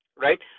right